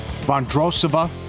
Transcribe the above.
Vondrosova